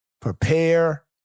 prepare